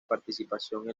participación